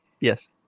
Yes